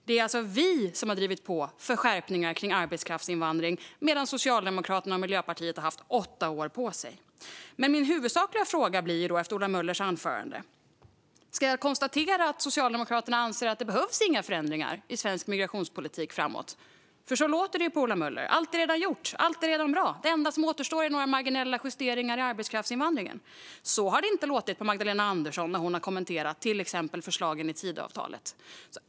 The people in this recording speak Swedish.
Det är alltså vi som har drivit på för skärpningar kring arbetskraftsinvandring, medan Socialdemokraterna och Miljöpartiet har haft åtta år på sig. Min huvudsakliga fråga efter Ola Möllers anförande blir denna: Ska jag konstatera att Socialdemokraterna anser att det inte behövs några förändringar i svensk migrationspolitik framöver? Så låter det ju på Ola Möller. Allt är redan gjort, och allt är redan bra. Det enda som återstår är några marginella justeringar i arbetskraftsinvandringen. Så har det inte låtit på Magdalena Andersson när hon har kommenterat till exempel förslagen i Tidöavtalet.